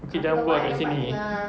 okay jangan berbual dekat sini